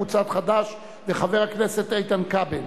קבוצת חד"ש וחבר הכנסת איתן כבל.